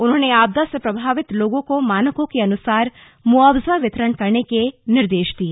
उन्होंने आपदा से प्रभावित लोगों को मानकों के अनुसार मुआवजा वितरण करने के निर्देश दिए